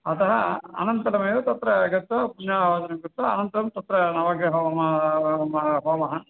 अतः अनन्तरमेव तत्र गत्वा पुण्याहवाचनं कृत्वा अनन्तरं तत्र नवग्रहहोमः होमः